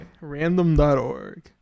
random.org